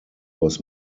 was